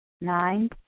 Nine